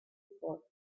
before